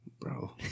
Bro